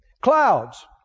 Clouds